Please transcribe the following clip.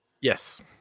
Yes